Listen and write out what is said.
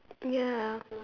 ya